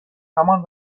همان